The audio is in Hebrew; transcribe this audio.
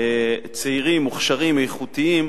צעירים מוכשרים, איכותיים,